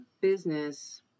business